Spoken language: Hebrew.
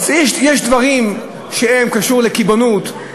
יש דברים שקשורים לקיבעונות,